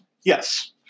Yes